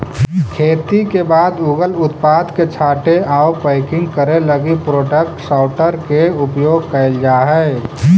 खेती के बाद उगल उत्पाद के छाँटे आउ पैकिंग करे लगी प्रोडक्ट सॉर्टर के उपयोग कैल जा हई